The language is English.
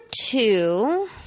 two